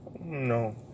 No